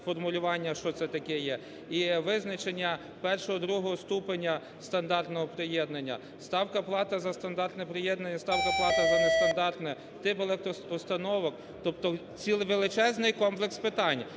формулювання, що це таке є, і визначення першого, другого ступеня стандартного приєднання, ставка плати за стандартне приєднання, ставка плати за нестандартне, тип електроустановок. Тобто величезний комплекс питань.